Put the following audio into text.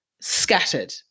scattered